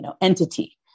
entity